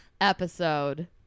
episode